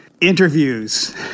interviews